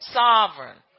sovereign